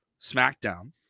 Smackdown